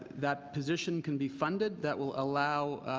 that position can be funded, that will allow